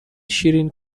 شیرین